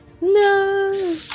No